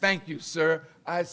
thank you sir i